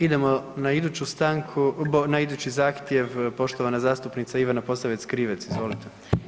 Idemo na iduću stanku, na idući zahtjev, poštovana zastupnica Ivana Posavec Krivec, izvolite.